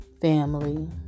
family